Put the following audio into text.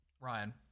Ryan